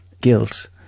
guilt